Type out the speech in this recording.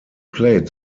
played